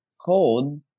cold